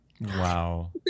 Wow